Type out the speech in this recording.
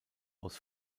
aus